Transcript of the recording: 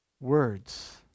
words